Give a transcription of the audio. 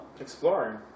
Exploring